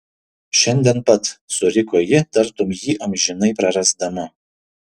šiandien pat suriko ji tartum jį amžinai prarasdama